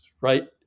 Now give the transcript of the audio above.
right